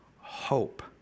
hope